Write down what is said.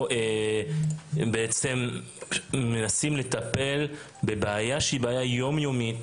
בעצם אנחנו פה מנסים לטפל בבעיה שהיא בעיה יום-יומית